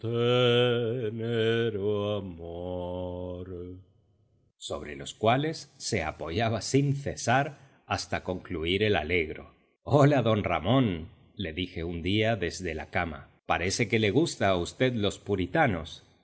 sobre los cuales se apoyaba sin cesar hasta concluir el allegro hola d ramón le dije un día desde la cama parece que le gusta a v los puritanos